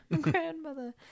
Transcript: Grandmother